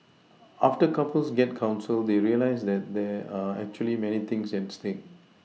after couples get counselled they realise that there are actually many things at stake